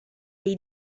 dei